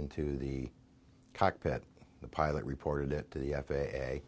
into the cockpit the pilot reported it to the f a a